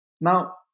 Now